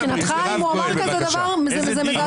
מבחינתך אם הוא אמר דבר כזה זה מזעזע